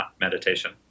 meditation